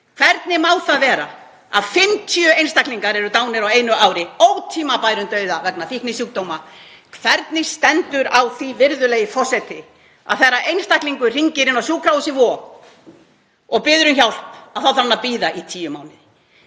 Hvernig má það vera að 50 einstaklingar eru dánir á einu ári ótímabærum dauða vegna fíknisjúkdóma? Hvernig stendur á því, virðulegi forseti, að þegar einstaklingur hringir inn á sjúkrahúsið Vog og biður um hjálp þá þarf hann að bíða í tíu mánuði?